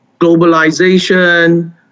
globalization